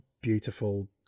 beautiful